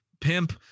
pimp